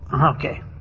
Okay